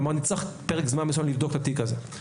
כלומר נצטרך פרק זמן מסוים לבדוק את התיק הזה.